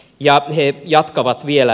ja he jatkavat vielä